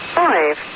five